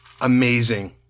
amazing